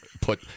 put